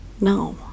No